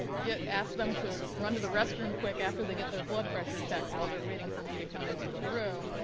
asks them to run to the restroom quick after they get their blood pressure checked while they're waiting for me to come into the room.